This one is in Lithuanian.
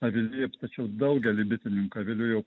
avily tačiau daugely bitininkų avilių jau